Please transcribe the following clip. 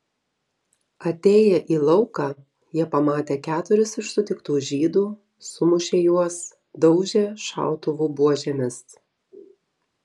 atėję į lauką jie pamatė keturis iš sutiktų žydų sumušė juos daužė šautuvų buožėmis